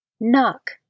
Knock